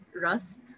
rust